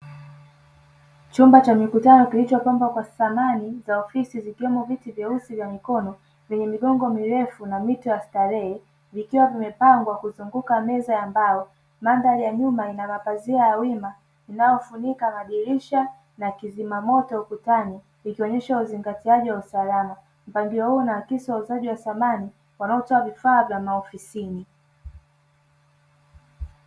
Chumba cha mikutano kilichopangwa kwa samani za ofisi zikiwemo viti vyeusi vya mikono vyenye migongo mirefu na mito ya starehe, vikiwa vimepangwa kuzunguka meza ya mbao. Mandhari ya nyumba ina mapazia ya wima inayofunika madirisha na kizima moto ukutani ikionesha uzingatiaji wa usalama. Mpangilio huu unaakisi wauzaji wa samani wanaotoa vifaa vya maofisini.